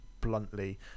bluntly